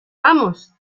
vamos